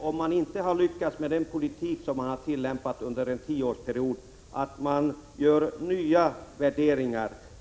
Om man inte har lyckats med den politik som man har tillämpat under en tioårsperiod, är det då inte en riktig bedömning att man gör nya värderingar.